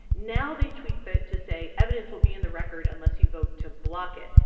now they tweaked that to say evidence will be in the record unless you vote to block it.